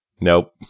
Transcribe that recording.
Nope